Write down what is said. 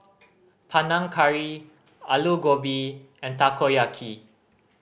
Panang Curry Alu Gobi and Takoyaki